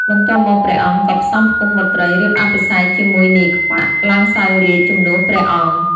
បន្ទាប់មកព្រះអង្គក៏ផ្សំផ្គុំបុត្រីរៀបអភិសេកជាមួយនាយខ្វាក់ ឡើងសោយរាជជំនួសព្រះអង្គ។